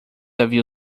havia